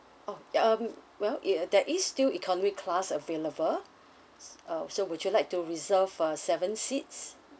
oh um well it there is still economy class available uh so would you like to reserve uh seven seats